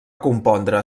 compondre